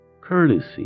Courtesy